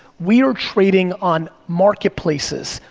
we are trading on marketplaces,